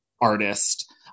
artist